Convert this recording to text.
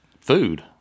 food